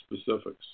specifics